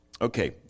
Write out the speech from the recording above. Okay